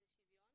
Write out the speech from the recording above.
שוויון.